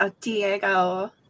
Diego